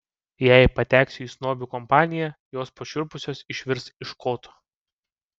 jei pateksiu į snobių kompaniją jos pašiurpusios išvirs iš koto